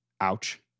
Ouch